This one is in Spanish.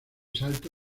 salto